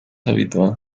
habitual